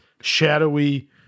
shadowy